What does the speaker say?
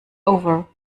over